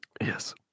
yes